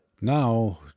Now